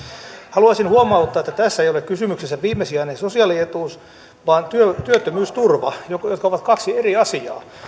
haluaisin huomauttaa että tässä ei ole kysymyksessä viimesijainen sosiaalietuus vaan työttömyysturva jotka jotka ovat kaksi eri asiaa